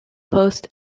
post